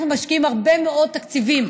אנחנו משקיעים הרבה מאוד תקציבים